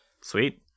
Sweet